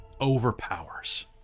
overpowers